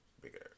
bigger